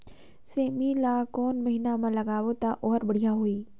सेमी ला कोन महीना मा लगाबो ता ओहार बढ़िया होही?